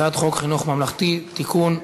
הצעת חוק חינוך ממלכתי (תיקון,